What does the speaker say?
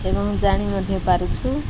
ଏବଂ ଜାଣି ମଧ୍ୟ ପାରୁଛୁ